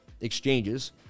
exchanges